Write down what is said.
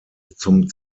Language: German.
zum